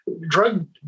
drug